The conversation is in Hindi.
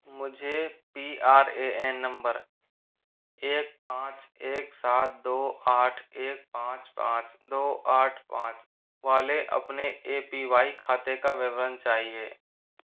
मुझे P R A N number एक पाँच एक सात दौ आठ एक पाँच पाँच दो आठ पाँच वाले अपने ए पी वाई खाते का विवरण चाहिए